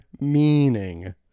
meaning